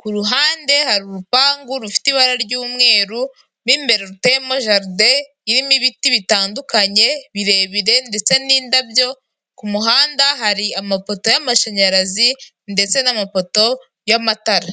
ku ruhande hari urupangu rufite ibara ry'umweru, mo imbere ruteyemo jaridi irimo ibiti bitandukanye birebire, ndetse n'indabyo ku kumuhanda hari amapoto y'amashanyarazi ndetse n'amapoto y'amatara.